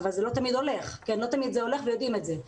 אבל זה לא תמיד הולך, ויודעים את זה.